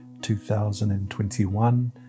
2021